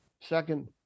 second